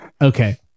okay